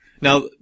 Now